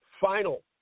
final